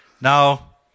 Now